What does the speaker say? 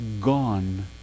gone